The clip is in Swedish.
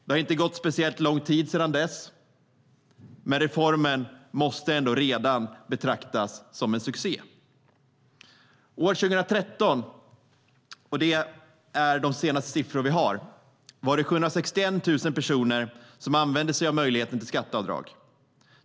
Det har inte gått speciellt lång tid sedan dess, men reformen måste redan betraktas som en succé. År 2013 - det är de senaste siffror vi har - var det 761 000 personer som använde sig av möjligheten till skatteavdrag.